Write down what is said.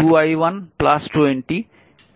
2i1 20 0